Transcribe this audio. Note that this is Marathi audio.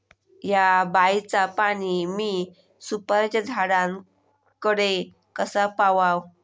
हया बायचा पाणी मी सुपारीच्या झाडान कडे कसा पावाव?